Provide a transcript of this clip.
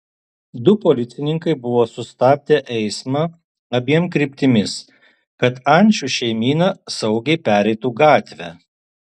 du policininkai buvo sustabdę eismą abiem kryptimis kad ančių šeimyna saugiai pereitų gatvę